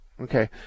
Okay